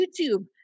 YouTube